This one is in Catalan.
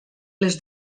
les